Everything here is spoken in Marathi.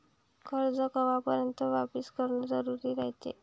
कर्ज कवापर्यंत वापिस करन जरुरी रायते?